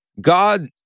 God